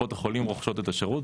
קופות החולים רוכשות את השירות,